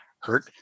hurt